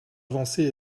avancée